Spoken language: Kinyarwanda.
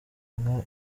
inka